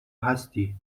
هستی